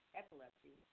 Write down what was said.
epilepsy